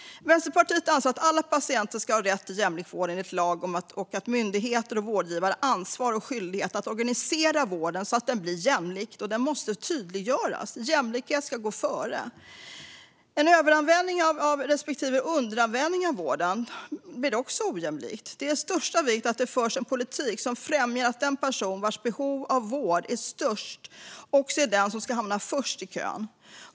Vänsterpartiet anser att alla patienter ska ha rätt till jämlik vård enligt lag och att myndigheter och vårdgivare har ansvar och skyldighet att organisera vården så att den blir jämlik. Det måste göras tydligt. Jämlikhet ska gå före. En överanvändning av respektive underanvändning av vården blir också ojämlikt. Det är av största vikt att det förs en politik som främjar att den person vars behov av vård är störst också är den som ska hamna först i kön.